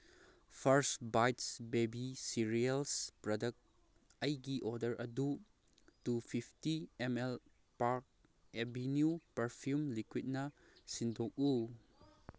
ꯐꯔꯁ bites baby cereals product ꯑꯩꯒꯤ order ꯑꯗꯨ two fifty M L pack Aveeno perfume ꯂꯤꯀ꯭ꯌꯨꯠꯅ ꯁꯤꯟꯗꯣꯛꯎ